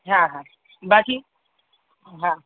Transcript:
हा हा बाक़ी हा